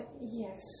Yes